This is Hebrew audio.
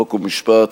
חוק ומשפט,